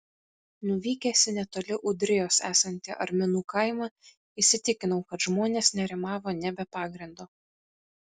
nuvykęs į netoli ūdrijos esantį arminų kaimą įsitikinau kad žmonės nerimavo ne be pagrindo